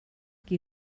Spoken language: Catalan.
qui